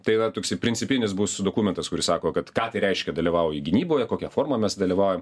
tai yra toksai principinis bus dokumentas kuris sako kad ką tai reiškia dalyvauji gynyboje kokia forma mes dalyvaujam